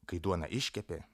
kai duona iškepė